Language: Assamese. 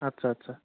আচ্ছা আচ্ছা